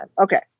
Okay